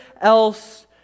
else